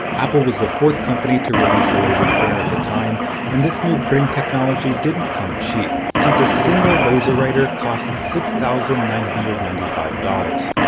apple was the fourth company to release a laser printer at the time and this new printing technology didn't come cheap. since a single laserwriter cost six thousand nine hundred and ninety five dollars.